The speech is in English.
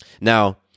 Now